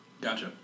Gotcha